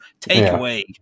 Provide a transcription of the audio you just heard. takeaway